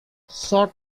shots